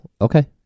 okay